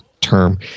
term